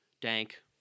Dank